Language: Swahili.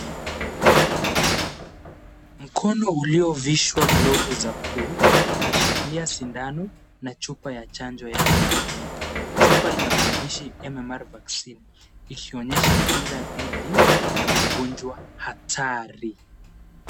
Mkono uliovishwa glovu za bluu anashikilia sindano na chupa ya chanjo ya MMR.Chupa ina maandisha MMR vaccine ikionyesha kinga dhidi ya magonjwa hatari.